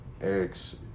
Eric's